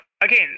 again